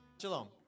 Shalom